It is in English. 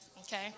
okay